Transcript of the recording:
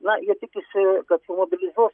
na jie tikisi kad sumobilizuos